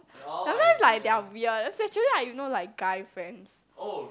sometimes like they are weird especially like you know lilke guy friends